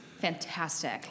Fantastic